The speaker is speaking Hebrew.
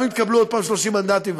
גם אם תקבלו שוב 30 מנדטים,